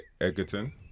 Egerton